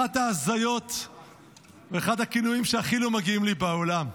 אחת ההזיות ואחד הכינויים שהכי לא מגיעים לי בעולם.